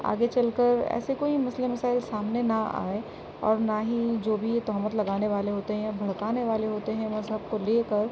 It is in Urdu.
آگے چل کر ایسے کوئی مسئلے مسائل سامنے نہ آئے اور نہ ہی جو بھی یہ تہمت لگانے والے ہوتے ہیں یا بھڑکانے والے ہوتے ہیں مذہب کو لے کر